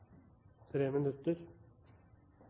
tre